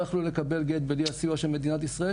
יכלו לקבל גט בלי הסיוע של מדינת ישראל,